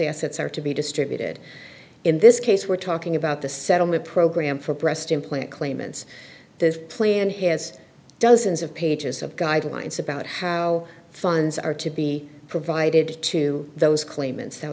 assets are to be distributed in this case we're talking about the settlement program for breast implant claimants this plan has dozens of pages of guidelines about how funds are to be provided to those claim